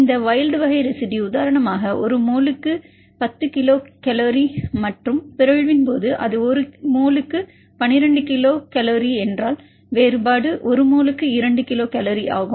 இந்த வைல்ட் வகை ரெசிடுயு உதாரணமாக ஒரு மோலுக்கு 10 கிலோ கால் மற்றும் பிறழ்வின் போது அது ஒரு மோலுக்கு 12 கிலோ கால் என்றால் வேறுபாடு ஒரு மோலுக்கு 2 கிலோகால் ஆகும்